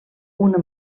una